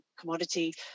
commodity